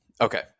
Okay